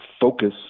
focus